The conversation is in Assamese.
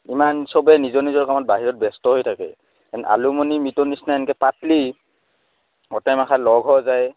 ইমান চবে নিজৰ নিজৰ কামত বাহিৰত ব্যস্ত হৈ থাকে এলুমিনি মিট নিচিনা এনকে পাতলি গটেইমখা লগ হোৱা যায় যায়